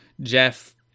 Jeff